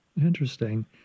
Interesting